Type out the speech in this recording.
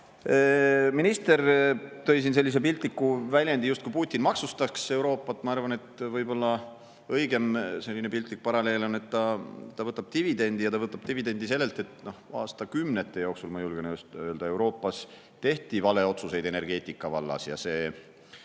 Minister [kasutas] siin sellist piltlikku väljendit, justkui Putin maksustaks Euroopat. Ma arvan, et võib-olla õigem piltlik paralleel on, et ta võtab dividendi. Ja ta võtab dividendi sellelt, et aastakümnete jooksul, ma julgen öelda, tehti Euroopas valeotsuseid energeetika vallas. See